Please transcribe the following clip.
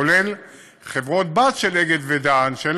כולל חברות בנות של "אגד" ו"דן" שאין